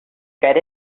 get